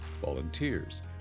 volunteers